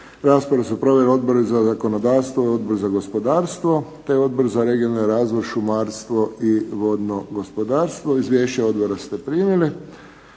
Raspravu su proveli Odbor za zakonodavstvo, Odbor za gospodarstvo te Odbor za regionalni razvoj, šumarstvo i vodno gospodarstvo. Izvješća odbora ste primili.